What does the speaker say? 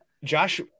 Josh